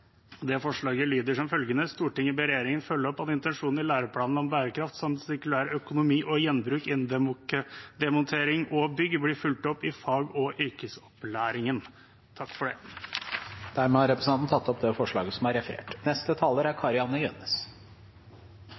Det forslaget lyder som følger: «Stortinget ber regjeringen følge opp at intensjonene i læreplanene om bærekraft, samt sirkulærøkonomi og gjenbruk innen demontering og bygg blir fulgt opp i fag- og yrkesopplæringen.» Representanten Torleik Svelle har tatt opp det forslaget